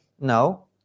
no